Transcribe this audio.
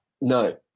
no